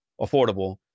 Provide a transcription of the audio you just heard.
affordable